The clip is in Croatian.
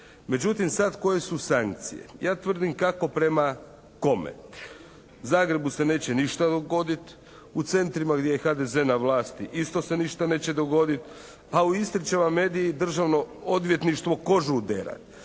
Međutim, sada koje su sankcije. Ja tvrdim kako prema kome. Zagrebu se neće ništa dogoditi. U centrima gdje je HDZ na vlasti, isto se ništa neće dogoditi, a u Istri će vam mediji, državno odvjetništvo kožu oderat